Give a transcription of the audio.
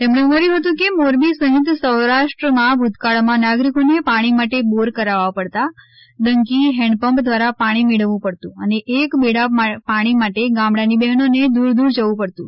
તેમણે ઉમેર્યુ હતું કે મોરબી સહિત સૌરાષ્ટ્રમાં ભૂતકાળમાં નાગરિકોને પાણી માટે બોર કરાવવા પડતા ડંકી હેન્ડ પંપ દ્વારા પાણી મેળવવું પડતું અને એક બેડા પાણી માટે ગામડાની બહેનોને દૂર દૂર જવું પડતું